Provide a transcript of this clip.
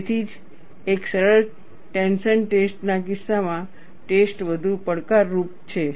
તેથી જ એક સરળ ટેન્શન ટેસ્ટ ના કિસ્સામાં ટેસ્ટ વધુ પડકારરૂપ છે